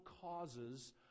causes